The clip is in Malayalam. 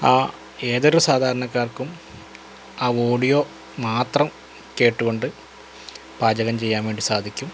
ആ ഏതൊരു സാധാരണക്കാര്ക്കും ആ ഓഡിയോ മാത്രം കേട്ടുകൊണ്ട് പാചകം ചെയ്യാന് വേണ്ടി സാധിക്കും